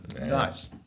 Nice